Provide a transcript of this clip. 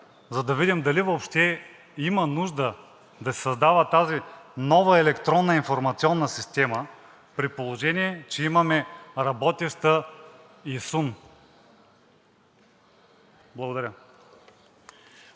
за да видим дали въобще има нужда да се създава тази нова електронна информационна система, при положение че имаме работеща ИСУН. Благодаря.